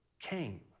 came